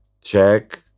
check